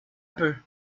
peu